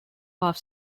half